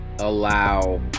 allow